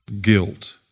guilt